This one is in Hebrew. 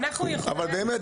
באמת,